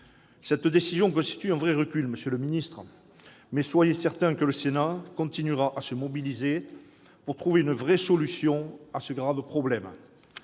Cette décision constitue un vrai recul, monsieur le ministre, mais soyez certain que le Sénat continuera à se mobiliser pour trouver une vraie solution à ce grave problème.